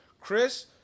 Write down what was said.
Chris